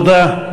תודה.